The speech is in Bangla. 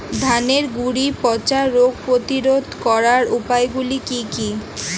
ধানের গুড়ি পচা রোগ প্রতিরোধ করার উপায়গুলি কি কি?